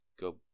go